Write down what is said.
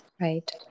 Right